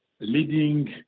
leading